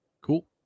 Cool